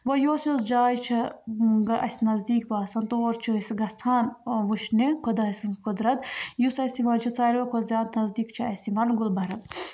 وۄنۍ یۄس یۄس جاے چھےٚ اَسہِ نَزدیٖک باسان تور چھِ أسۍ گژھان وٕچھنہِ خۄداے سٕنٛز قۄدرَت یُس اَسہِ یِوان چھِ ساروے کھۄتہٕ زیادٕ نَزدیٖک چھُ اَسہِ یِوان گُلمرگ